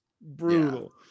brutal